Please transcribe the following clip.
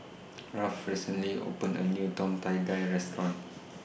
Ralph recently opened A New Tom Kha Gai Restaurant